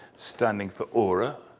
standing for aura,